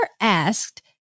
asked